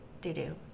doo-doo